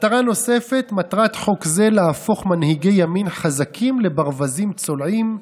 מטרה נוספת: מטרת חוק זה להפוך מנהיגי ימין חזקים לברווזים צולעים,